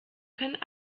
können